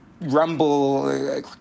Rumble